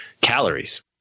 calories